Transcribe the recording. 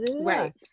right